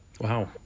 Wow